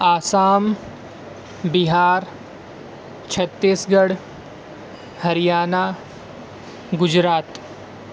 Assam Bihar Chhattisgarh Haryana Gujarat